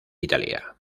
italia